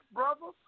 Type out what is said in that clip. brother